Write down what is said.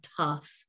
tough